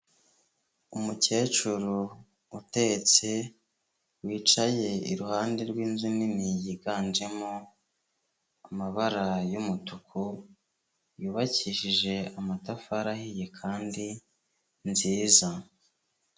Umukecuru utetse, wicaye iruhande rw'inzu nini yiganjemo amabara y'umutuku, yubakishije amatafari ahiye kandi nziza.